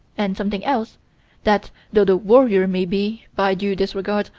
and something else that, though the warrior may be, by due disregards,